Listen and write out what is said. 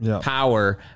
power